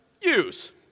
use